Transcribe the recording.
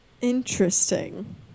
Interesting